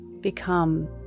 become